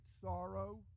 sorrow